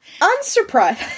Unsurprised